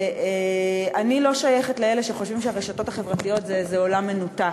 אני לא שייכת לאלה שחושבים שהרשתות החברתיות זה עולם מנותק.